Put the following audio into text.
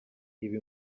ibi